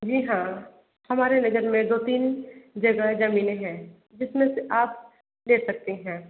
जी हाँ हमारे नजर में दो तीन जगह जमीनें हैं जिसमें से आप ले सकते हैं